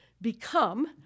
become